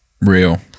Real